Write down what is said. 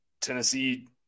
Tennessee –